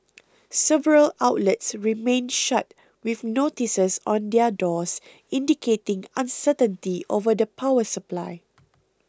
several outlets remained shut with notices on their doors indicating uncertainty over the power supply